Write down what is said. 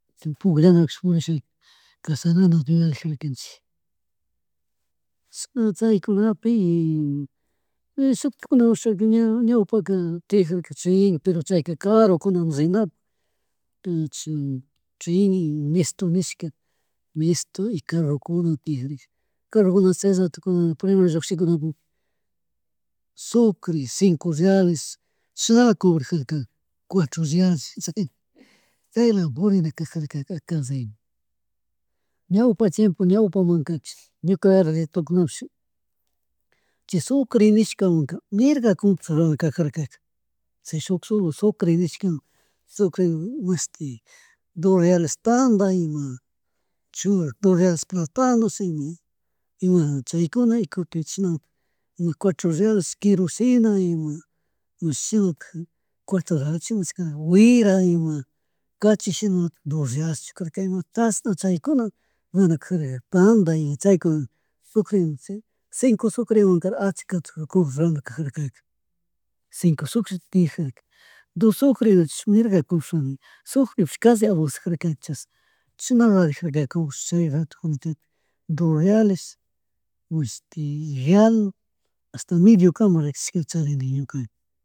Pullanakus pulashak kasharana yuyarijalakanchik chishna chaykunapi y shuktikunaka rishaka ña ñawpaka tiyarjarka tren pero chayka karukunata rinata y chay tren y nishkata, y carro kunata tiyajarka carro kuna chay rato kuna primer llushikunnapuk sucre cinco reales chashnala cobrajarka cuatro reales chaylawan purinakajarka akallo ima ñawpa chimpo ñawpa mankatish ñuka tukunamun, chay sucre nishkawan mirga compras ruradur kajarka chay shuk sol sucre nishkawan sucre imashti dos realestanday ima churak dos reales tanda, dos reales platano, chaymi ima chaykuna y kutin chishna ima cuatro reales quesonea ima imashutik cuatro reales imshina, wira ima cachi shinalatik dos realescho karka ima chashan chaykuna tanda ima chaykuna sucre chaywan cinco sucrewan ashka kajarka shincio sucre tiyajarka dos sucre mirga cushani shuk kashi abanzajunakan chashna chashan chashnalaja chay rato kunakan dos reales mashti real ashta mediokama rikushkata charini ñuka.